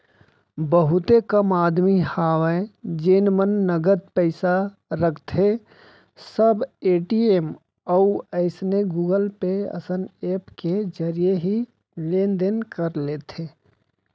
बहुते कम आदमी हवय जेन मन नगद पइसा राखथें सब ए.टी.एम अउ अइसने गुगल पे असन ऐप के जरिए ही लेन देन कर लेथे